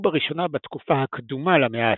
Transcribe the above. בראשונה בתקופה הקדומה למאה העשירית,